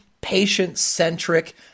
patient-centric